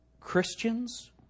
Christians